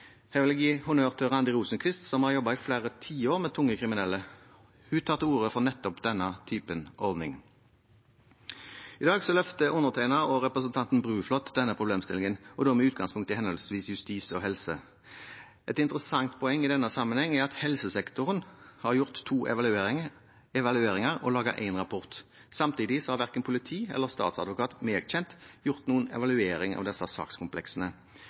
vil jeg gi honnør til Randi Rosenqvist, som har jobbet i flere tiår med tunge kriminelle. Hun tar til orde for nettopp denne typen ordning. I dag løfter undertegnede og representanten Bruflot denne problemstillingen, da med utgangspunkt i henholdsvis justis og helse. Et interessant poeng i denne sammenhengen er at helsesektoren har gjort to evalueringer og laget en rapport. Samtidig har verken politiet eller statsadvokaten gjort noen evalueringer, meg